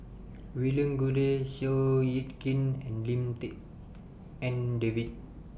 William Goode Seow Yit Kin and Lim Tik En David